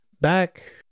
Back